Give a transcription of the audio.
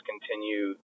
continue